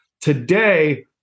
Today